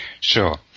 Sure